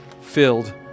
filled